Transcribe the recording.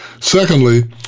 Secondly